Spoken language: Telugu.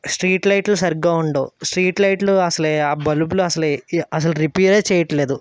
స్ట్రీట్ లైట్లు సరిగ్గా ఉండవు స్ట్రీట్ లైట్లు అసలే ఆ బల్బులు అసలే అసలు రిపేరే చేయట్లేదు